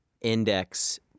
Index